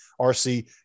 RC